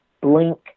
blink